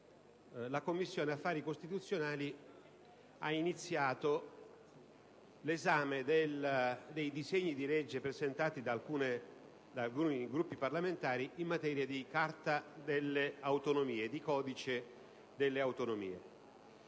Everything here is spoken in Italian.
la Commissione affari costituzionali ha iniziato l'esame dei disegni di legge presentati da alcuni Gruppi parlamentari in materia di codice delle autonomie.